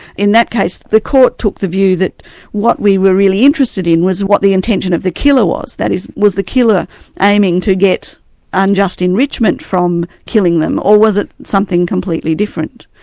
in that case, the court took the view that what we were really interested in was what the intention of the killer was, that is, was the killer aiming to get unjust enrichment from killing them, them, or was it something completely different.